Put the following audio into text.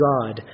God